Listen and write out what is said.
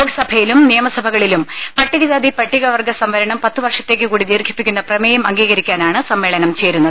ലോക്സഭയിലും നിയമസഭകളിലും പട്ടികജാതി പട്ടികവർഗ്ഗ സംവരണം പത്തു വർഷത്തേക്ക് കൂടി ദീർഘിപ്പി ക്കുന്ന പ്രമേയം അംഗീകരിക്കാനാണ് സമ്മേളനം ചേരുന്നത്